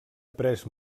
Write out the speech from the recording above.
après